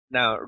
Now